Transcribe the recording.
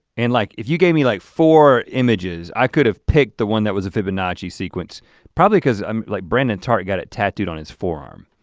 and like if you gave me like four images, i could have picked the one that was a fibonacci sequence probably because um like brandon tart got it tattooed on his forearm.